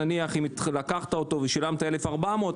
אם לקחת אותו ושילמת 1,400,